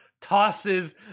Tosses